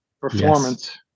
performance